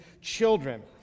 children